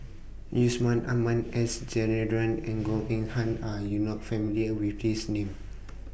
Yusman Aman S Rajendran and Goh Eng Han Are YOU not familiar with These Names